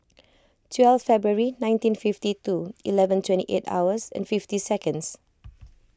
twelve February nineteen fifty two eleven twenty eight hours and fifty seconds